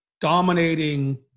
dominating